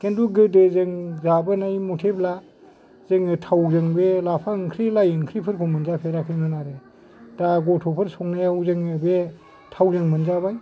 खिन्थु गोदो जों जाबोनाय मतेब्ला जोङो थावजों बे लाफा ओंख्रि लाइ ओंख्रिफोरखौ मोनजाफेराखैमोन आरो दा गथ'फोर संनायाव जोङो बे थावजों मोनजाबाय